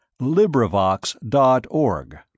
LibriVox.org